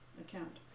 account